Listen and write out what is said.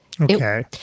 Okay